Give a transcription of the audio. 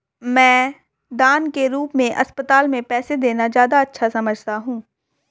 मैं दान के रूप में अस्पताल में पैसे देना ज्यादा अच्छा समझता हूँ